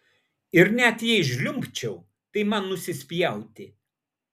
ir net jei žliumbčiau tai man nusispjauti